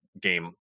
game